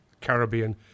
Caribbean